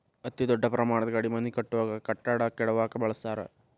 ಅತೇ ದೊಡ್ಡ ಪ್ರಮಾಣದ ಗಾಡಿ ಮನಿ ಕಟ್ಟುವಾಗ, ಕಟ್ಟಡಾ ಕೆಡವಾಕ ಬಳಸತಾರ